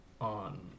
on